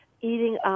eating